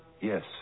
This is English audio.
yes